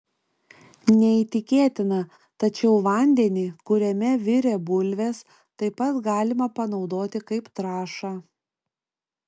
neįtikėtina tačiau vandenį kuriame virė bulvės taip pat galima panaudoti kaip trąšą